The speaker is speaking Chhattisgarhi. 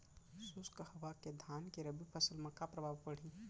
शुष्क हवा के धान के रबि फसल मा का प्रभाव पड़ही?